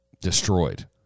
destroyed